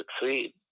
succeed